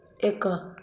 ଏକ